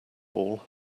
ball